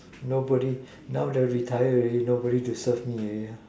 nobody now that I retired already nobody to serve me already